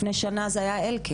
לפני שנה זה היה אלקין.